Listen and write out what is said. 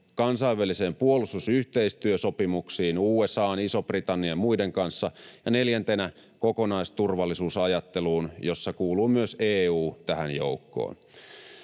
kansainvälisiin puolustusyhteistyösopimuksiin USA:n, Ison-Britannian ja muiden kanssa ja neljäntenä kokonaisturvallisuusajatteluun, johon joukkoon